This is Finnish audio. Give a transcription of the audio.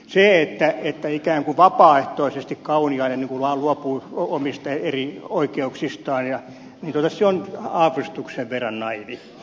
se että ikään kuin vapaaehtoisesti kauniainen vaan luopuu omista erioikeuksistaan on aavistuksen verran naiivia